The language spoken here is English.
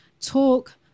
talk